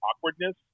awkwardness